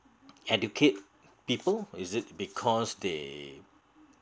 educate people is it because they